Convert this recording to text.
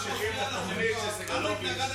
רק נתניהו, רק נתניהו.